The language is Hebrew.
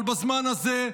אבל בזמן הזה,